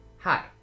Hi